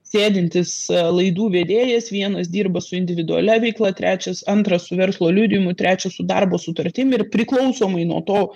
sėdintis laidų vedėjas vienas dirba su individualia veikla trečias antras su verslo liudijimu trečias su darbo sutartim ir priklausomai nuo to